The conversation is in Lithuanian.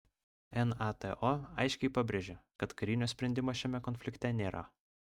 nato aiškiai pabrėžė kad karinio sprendimo šiame konflikte nėra